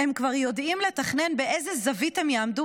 כבר יודעים לתכנן באיזו זווית הם יעמדו